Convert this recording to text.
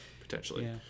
Potentially